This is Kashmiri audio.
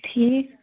ٹھیٖک